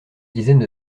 dizaines